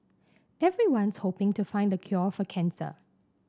everyone's hoping to find the cure for cancer